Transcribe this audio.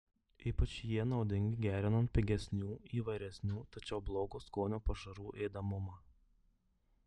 ypač jie naudingi gerinant pigesnių įvairesnių tačiau blogo skonio pašarų ėdamumą